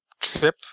trip